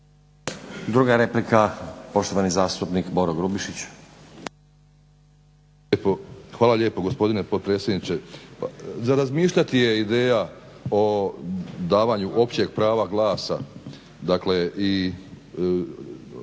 Druga replika, poštovani zastupnik Boro Grubišić. **Grubišić, Boro (HDSSB)** Hvala lijepo gospodine potpredsjedniče. Za razmišljati je ideja o davanju općeg prava glasa, dakle i